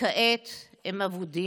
וכעת הם אבודים.